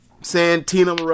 Santina